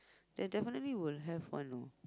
there definitely will have one you know